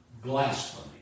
blasphemy